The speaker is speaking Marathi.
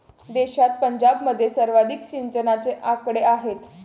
देशात पंजाबमध्ये सर्वाधिक सिंचनाचे आकडे आहेत